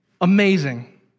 amazing